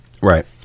Right